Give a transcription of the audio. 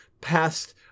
Past